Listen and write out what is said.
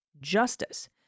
justice